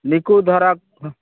ᱱᱤᱠᱩ ᱫᱷᱟᱨᱟ